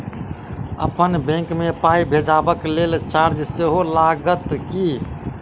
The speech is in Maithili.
अप्पन बैंक मे पाई भेजबाक लेल चार्ज सेहो लागत की?